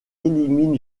élimine